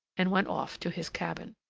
and went off to his cabin.